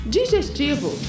Digestivo